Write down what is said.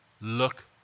Look